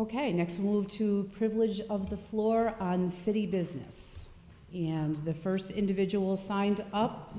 ok next move to privilege of the floor and city business and the first individual signed up